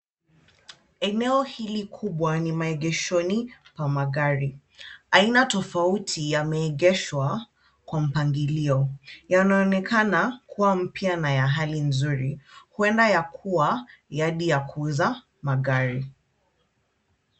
Eneo hili kubwa ni maegeshoni pa magari. Aina tofauti yameegeshwa kwa mpangilio. Yanaonekana kuwa mpya na ya hali nzuri. Huenda ya kuwa yadi ya kuuza magari.